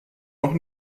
noch